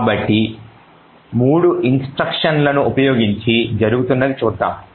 కాబట్టి 3 ఇన్స్ట్రక్షన్లను ఉపయోగించి జరుగుతున్నది చూద్దాం